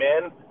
men